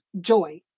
joy